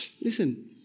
Listen